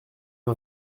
une